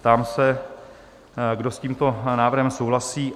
Ptám se, kdo s tímto návrhem souhlasí?